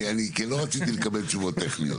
כי לא רציתי לקבל תשובות טכניות.